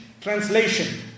translation